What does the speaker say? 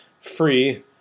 free –